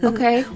Okay